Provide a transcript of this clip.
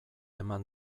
eman